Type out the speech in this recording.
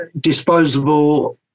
disposable